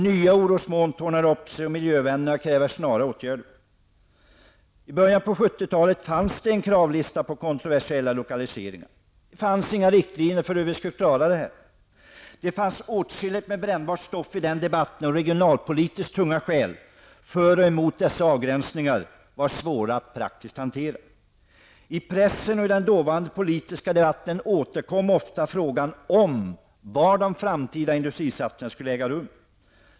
Nya orosmoln tornar upp sig, och miljövännerna kräver snara åtgärder. I början av 1970-talet fanns det en kravlista på kontroversiella lokaliseringar. Riktlinjer saknades för hur samhället skulle hantera dessa frågor. Det fanns åtskilligt med brännbart stoff i den debatten, och regionalpolitiskt tunga skäl för och emot dessa avgränsningar var svåra att praktiskt hantera. I pressen och i den dåvarande politiska debatten återkom ofta frågan om var de framtida industrisatsningarna främst skulle äga rum.